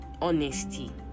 honesty